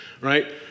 right